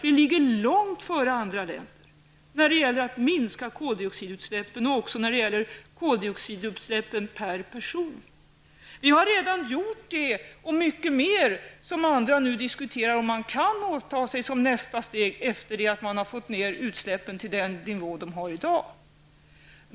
Vi ligger långt före andra länder när det gäller att minska koldioxidutsläppen, även per person. Vi har redan gjort mycket mer än det andra nu diskuterar om man kan åta sig som nästa steg, efter det att man fått ned utsläppen till den nivå man har i dag.